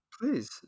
please